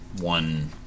one